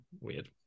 weird